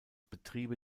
betriebe